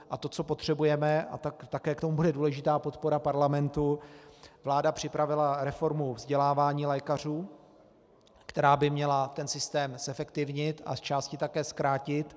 A to, co potřebujeme, a také k tomu bude důležitá podpora parlamentu, vláda připravila reformu vzdělávání lékařů, která by měla ten systém zefektivnit a zčásti také zkrátit.